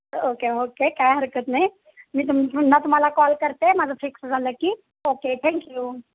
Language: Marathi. ओके ओके काय हरकत नाही मी तुम पुन्हा तुम्हाला कॉल करते माझं फिक्स झालं की ओके थँक्यू